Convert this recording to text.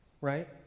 Right